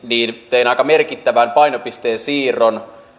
teen aika merkittävän painopisteen siirron